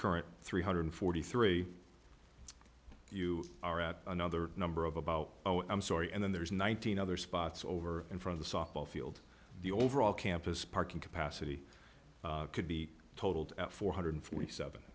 current three hundred forty three you are at another number of about oh i'm sorry and then there's nineteen other spots over in from the softball field the overall campus parking capacity could be totaled four hundred forty seven